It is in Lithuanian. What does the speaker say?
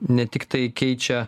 ne tiktai keičia